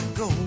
go